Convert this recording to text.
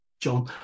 John